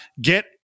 Get